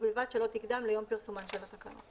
ובלבד שלא תקדם ליום פרסומן של התקנות."